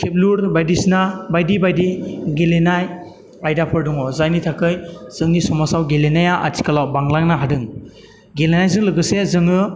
खेबलुर बायदिसिना बायदि बायदि गेलेनाय आयदाफोर दङ जायनि थाखाय जोंनि समाजाव गेलेनाया आथिखालाव बांलांनो हादों गेलेनायजों लोगोसे जोङो